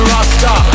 Rasta